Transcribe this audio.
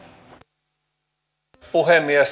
arvoisa puhemies